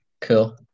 Cool